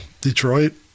Detroit